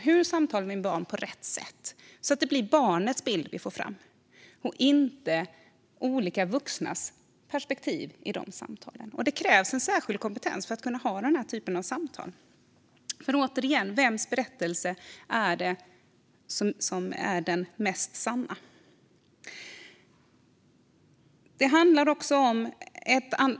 Hur samtalar vi med barn på rätt sätt, så att det blir barnets bild vi får fram i samtalen och inte olika vuxnas perspektiv? Det krävs en särskild kompetens för att kunna ha den typen av samtal. För återigen: Vems berättelse är det som är den mest sanna?